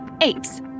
Apes